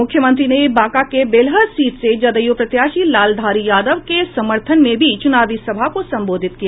मुख्यमंत्री ने बांका के बेलहर सीट से जदयू प्रत्याशी लालधारी यादव के समर्थन में भी चुनावी सभा को संबोधित किया